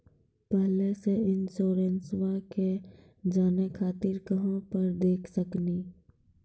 पहले के इंश्योरेंसबा के जाने खातिर कहां पर देख सकनी?